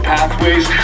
pathways